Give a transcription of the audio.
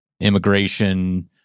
immigration